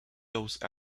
those